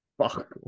Fuck